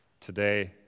today